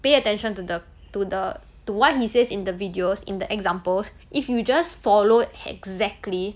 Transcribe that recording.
pay attention to the to the to what he says in the videos in the examples if you just followed exactly